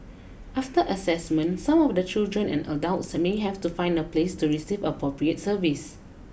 after assessment some of the children and adults may have to find a place to receive the appropriate service